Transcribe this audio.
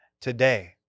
today